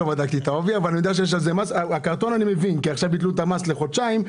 אני מבין כי ביטלו את המס לחודשיים,